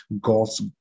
God's